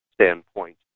standpoint